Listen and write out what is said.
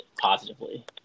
positively